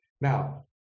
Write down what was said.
Now